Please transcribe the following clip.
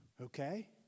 okay